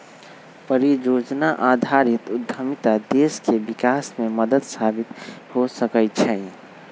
परिजोजना आधारित उद्यमिता देश के विकास में मदद साबित हो सकइ छै